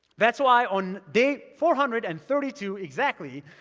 that's why on day four hundred and thirty two, exactly,